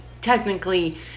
technically